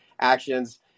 actions